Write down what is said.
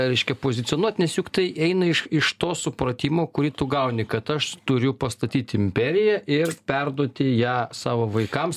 reiškia pozicionuot nes juk tai eina iš iš to supratimo kurį tu gauni kad aš turiu pastatyti imperiją ir perduoti ją savo vaikams